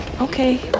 okay